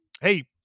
Hey